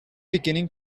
beginning